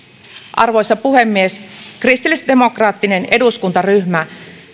arvoisa puhemies kristillisdemokraattinen eduskuntaryhmä